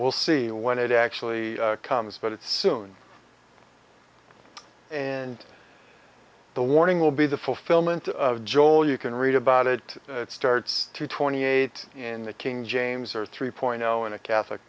we'll see when it actually comes but it's soon and the warning will be the fulfillment of joel you can read about it it starts to twenty eight in the king james or three point zero in a catholic